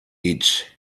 each